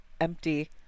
empty